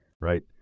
Right